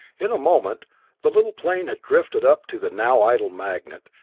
in a moment the little plane had drifted up to the now idle magnet,